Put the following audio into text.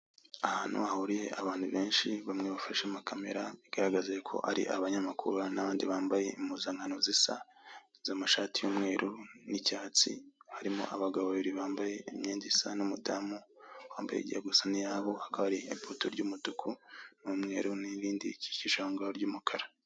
Ahantu hahuriye abantu benshi bamwe bafashe amakamera, bigaragaza ko ari abanyamakuru, n'abandi bambaye impuzankano zisa z'amashati y'umweru n'icyatsi, harimo abagabo babiri bambaye imyenda isa n'umudamu wambaye ijya gusa n'iyabo, hakahari ipoto ry'umutuku n'umweru, n'irindi rikikije ahongaho ry'umukara.